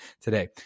today